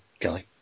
Kelly